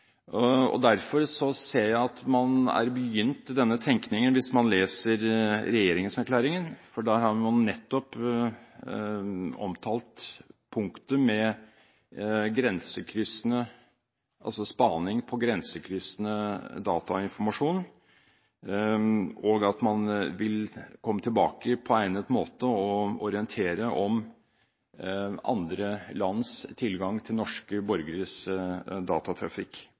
ser jeg at man har begynt denne tenkningen, for der har man nettopp omtalt punktet med spaning på grensekryssende datainformasjon, og man vil komme tilbake på egnet måte og orientere om andre lands tilgang til norske borgeres datatrafikk.